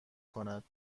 کند